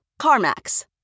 CarMax